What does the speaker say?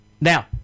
Now